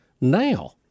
now